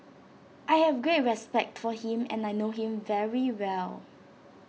I have great respect for him and I know him very well